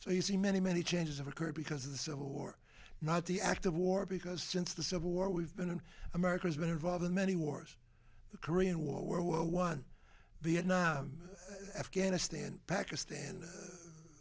so you see many many changes have occurred because of the civil war not the act of war because since the civil war we've been in america's been involved in many wars the korean war world war one vietnam afghanistan pakistan